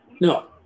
No